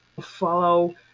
follow